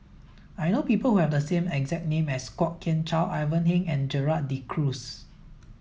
I know people who have the same exact name as Kwok Kian Chow Ivan Heng and Gerald De Cruz